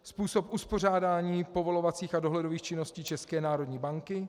Způsob uspořádání povolovacích a dohledových činností České národní banky.